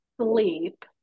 sleep